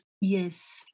Yes